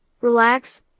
relax